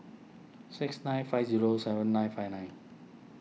six nine five zero seven nine five nine